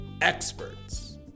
experts